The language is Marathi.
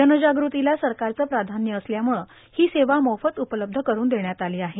जनजागृतीला सरकारचे प्राधान्य असल्यामुळे ही सेवा मोफत उपलब्ध करुन देण्यात आली आहे